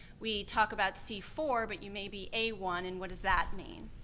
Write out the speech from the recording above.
we talk about c four, but you may be a one, and what does that mean?